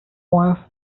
was